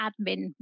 admin